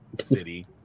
City